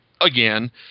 again